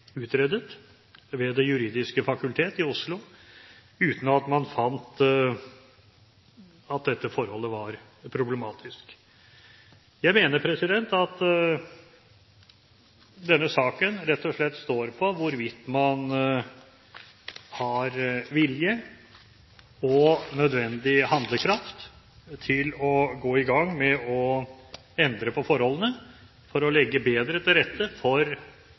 utredet ved Det juridiske fakultet i Oslo, uten at man fant dette forholdet problematisk. Jeg mener at denne saken rett og slett står om hvorvidt man har vilje og nødvendig handlekraft til å gå i gang med å endre på forholdene for å legge bedre til rette for